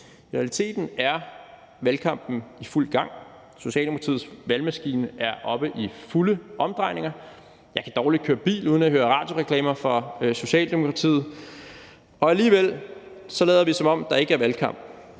I realiteten er valgkampen i fuld gang. Socialdemokratiets valgmaskine er oppe i fulde omdrejninger – jeg kan dårligt køre bil uden at høre radioreklamer for Socialdemokratiet – og alligevel lader vi, som om der ikke er valgkamp.